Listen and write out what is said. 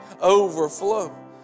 Overflow